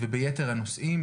וביתר הנושאים.